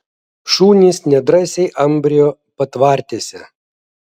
šunys nedrąsiai ambrijo patvartėse